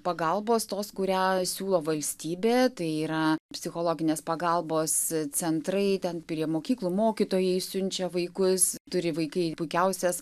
pagalbos tos kurią siūlo valstybė tai yra psichologinės pagalbos centrai ten prie mokyklų mokytojai siunčia vaikus turi vaikai puikiausias